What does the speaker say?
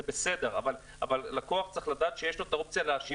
בסדר אבל לקוח צריך לדעת שיש לו את האופציה להשיב את הכסף.